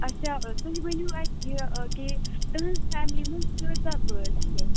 اچھا تُہۍ ؤنِو اسہِ یہِ کہِ تُہٕنٛزِ فیملی منٛز کٍتیٛاہ بٲژ چھِ